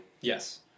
Yes